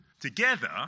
Together